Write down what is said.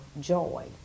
joy